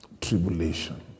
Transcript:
tribulation